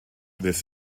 this